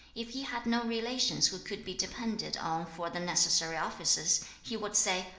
if he had no relations who could be depended on for the necessary offices, he would say,